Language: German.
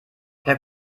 per